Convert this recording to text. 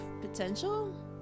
potential